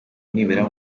nibura